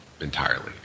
entirely